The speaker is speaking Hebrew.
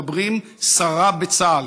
מדברים סרה בצה"ל.